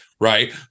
right